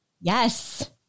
Yes